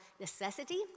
necessity